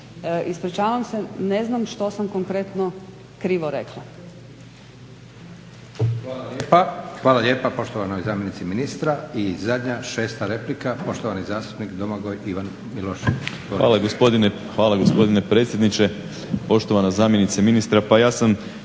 ispričavam se ne znam što sam konkretno krivo rekla?